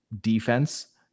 defense